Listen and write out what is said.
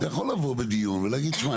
אתה יכול לבוא בדיון ולהגיד: תשמע,